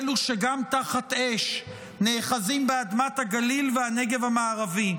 שנת התמיכה באלה שגם תחת אש נאחזים באדמת הגליל והנגב המערבי.